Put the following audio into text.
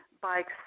bikes